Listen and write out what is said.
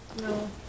No